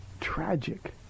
tragic